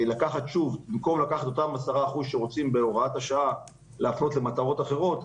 במקום לקחת את אותם 10% שרוצים בהוראת השעה כדי להפנות למטרות אחרות,